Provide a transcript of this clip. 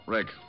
Rick